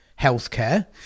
healthcare